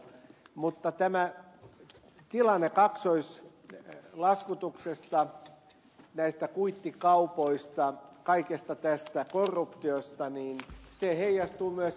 mutta tämä tilanne kaksoislaskutuksesta näistä kuittikaupoista kaikesta tästä korruptiosta se heijastuu myös rekkajonoihin